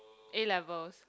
A-levels